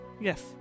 yes